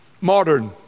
modern